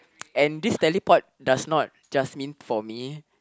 and this teleport does not just mean for me